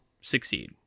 succeed